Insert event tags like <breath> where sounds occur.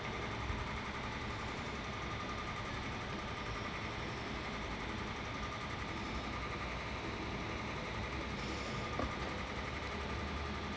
<breath>